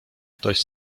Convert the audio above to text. ktoś